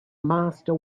master